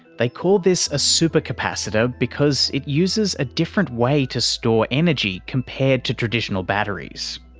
they call this a super capacitor because it uses a different way to store energy compared to traditional batteries.